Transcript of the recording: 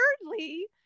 thirdly